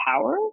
power